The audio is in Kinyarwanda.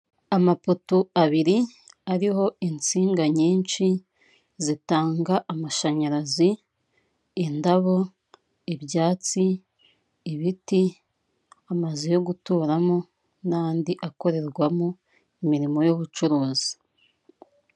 Amapoto abiri ariho insinga nyinshi zitanga amashanyarazi, indabo, ibyatsi, ibiti, amazu yo guturamo, n'andi akorerwamo imirimo y'ubucuruzi.